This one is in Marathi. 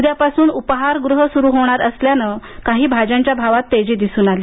उद्यापासून उपाहारगृह सुरू होणार असून काही भाज्यांच्या भावात आज तेजी दिसून आली